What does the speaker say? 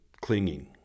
clinging